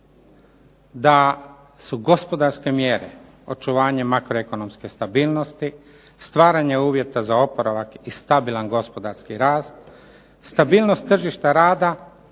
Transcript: da su gospodarske mjere: očuvanje makroekonomske stabilnosti, stvaranje uvjeta za oporavak i stabilan gospodarski rast, stabilnost tržišta rada